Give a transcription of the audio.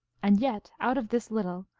and yet out of this little,